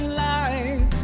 life